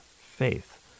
faith